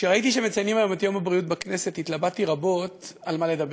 כשראיתי שמציינים היום את יום הבריאות בכנסת התלבטתי רבות על מה לדבר: